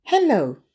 Hello